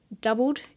doubled